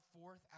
forth